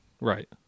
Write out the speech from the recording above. Right